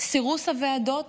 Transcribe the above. סירוס הוועדות,